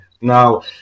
Now